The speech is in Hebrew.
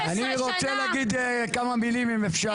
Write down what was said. אני רוצה להגיד כמה מילים, אם אפשר.